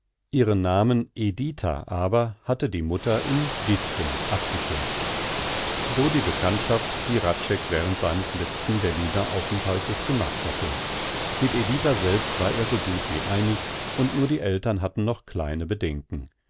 ihren namen editha aber hatte die mutter in dittchen abgekürzt so die bekanntschaft die hradscheck während seines letzten berliner aufenthaltes gemacht hatte mit editha selbst war er so gut wie einig und nur die eltern hatten noch kleine bedenken